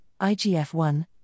IGF-1